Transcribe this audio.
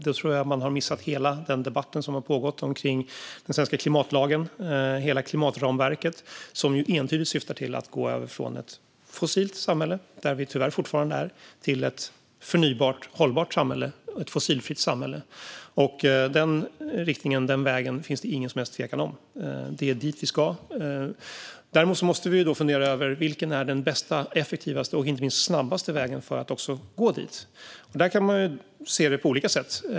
Då tror jag att man har missat hela den debatt som har pågått när det gäller den svenska klimatlagen och hela klimatramverket, som ju entydigt syftar till att gå över från ett fossilt samhälle, där vi tyvärr fortfarande är, till ett förnybart, hållbart och fossilfritt samhälle. Den riktningen och vägen finns det ingen som helst tvekan om. Det är dit vi ska. Däremot måste vi fundera över vilken som är den bästa, effektivaste och snabbaste vägen för att också nå dit. Det kan man se på olika sätt.